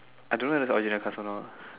I don't know leh it's all you have personal